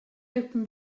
open